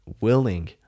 willing